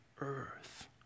earth